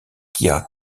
kia